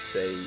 Say